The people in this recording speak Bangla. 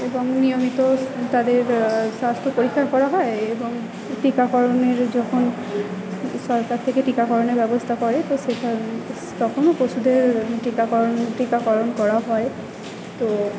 এবং নিয়মিত তাদের স্বাস্থ্য পরীক্ষা করা হয় এবং টিকাকরণের যখন সরকার থেকে টিকাকরণের ব্যবস্তা করে তো তখনই পশুদের টিকাকরণ টিকাকরণ করা হয় তো